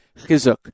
chizuk